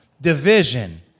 division